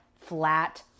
flat